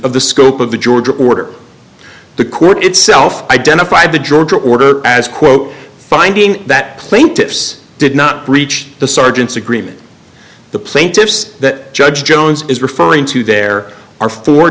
of the scope of the ga order the court itself identified the georgia order as quote finding that plaintiffs did not breach the sergeant's agreement the plaintiffs that judge jones is referring to there are four